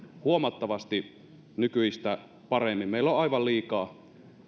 huomattavasti nykyistä paremmin meillä on aivan liikaa